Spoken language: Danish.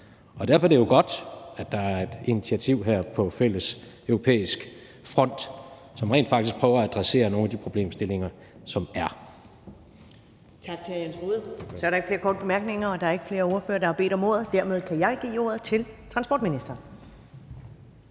Derfor er det jo godt, at der er et initiativ her på fælles europæisk front, som rent faktisk prøver at adressere nogle af de problemstillinger, som der